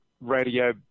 radio